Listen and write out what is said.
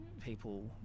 people